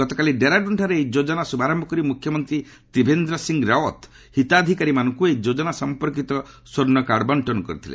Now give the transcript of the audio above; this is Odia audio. ଗତକାଲି ଡେରାଡୁନ୍ଠାରେ ଏହି ଯୋଜନାର ଶୁଭାରମ୍ଭ କରି ମୁଖ୍ୟମନ୍ତ୍ରୀ ତ୍ରିଭେନ୍ଦ୍ର ସିଂ ରାଓ୍ୱତ୍ ହିତାଧିକାରୀମାନଙ୍କୁ ଏହି ଯୋଜନା ସମ୍ପର୍କିତ ସ୍ୱର୍ଷକାର୍ଡ଼ ବଙ୍କନ କରିଥିଲେ